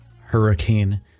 hurricane